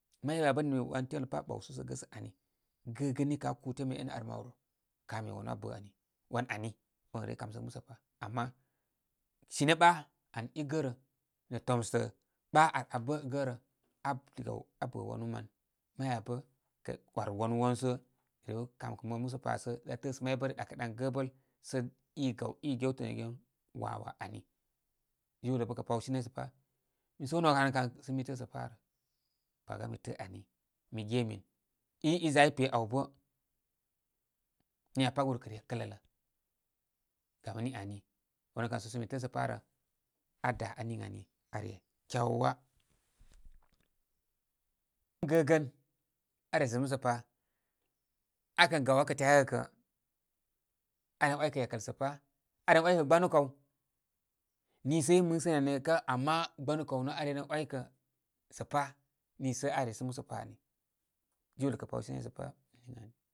May wan ya bə ni wan temlə pa sə ɓaw sū sə gə ani. Gəgən ni kə aa kū temlə enə ar maw rə. kobar mi wanu a bə' ani. Wan ani on rey kasəgə ama sine ɓa an i gərə nə' tomsə ɓa ar abə gərə ab diga abə' wanu man. Maya bə kə 'war wanu wansə rew kam kə mo musa pa sa da' tə'ə'sə may bə da ɗa kə ɗan gəbəl. Sə' i gaw i gewtənəgen wāwā ani. Jiwlə bə kə' pāwshe nay sə' pā. Misəw nə' wanu kan sə mi tə'ə' sə pa rə. Paga mi tə'ə' ani, mi ge min i, i za i pe aw bə niya pat guru kə re kə'lə'lə'. Gam ni ani wanil kan səw sə mi tə'ə sə pa' rə. A də' ən niŋ ani- aa re kyawa. Gəgən aa resə musə pa. Akə gaw akə tyakəgə kə' aa ren 'waykə yakəl sə pa, aa ren 'waykə gbanu kaw. Nisə ama gbanu kaw nə arey ren 'waykə- sə pa niisə aa rəsənə musə pa ami- jiwlə kə pawshe nay sə' pa, ən niŋ ani.